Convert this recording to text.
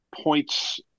points